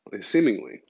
seemingly